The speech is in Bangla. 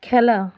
খেলা